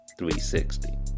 360